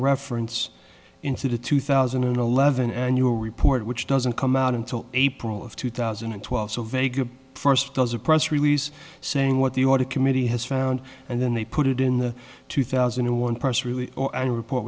reference into the two thousand and eleven annual report which doesn't come out until april of two thousand and twelve so vague you first does a press release saying what the audit committee has found and then they put it in the two thousand and one person really report